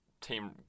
Team